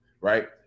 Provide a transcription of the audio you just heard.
right